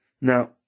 Now